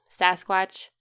sasquatch